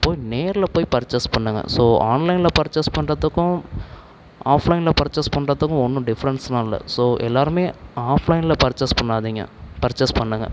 போய் நேரில் போய் பர்ச்சஸ் பண்ணுங்கள் ஸோ ஆன்லைனில் பர்ச்சஸ் பண்ணுறதுக்கும் ஆஃப் லைனில் பர்ச்சஸ் பண்ணுறதுக்கும் ஒன்றும் டிஃபரண்ட்ஸ்லாம் இல்லை ஸோ எல்லோருமே ஆஃப் லைனில் பர்ச்சஸ் பண்ணாதிங்க பர்ச்சஸ் பண்ணுங்கள்